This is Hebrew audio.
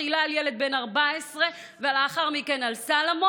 תחילה על ילד בן 14 ולאחר מכן על סלומון,